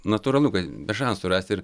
natūralu kad be šansų rast ir